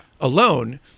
alone